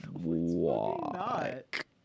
walk